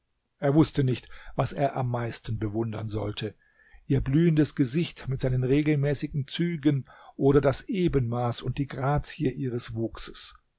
er wußte nicht was er am meisten bewundern sollte ihr blühendes gesicht mit seinen regelmäßigen zügen oder das ebenmaß und die grazie ihres wuchses